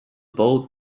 boat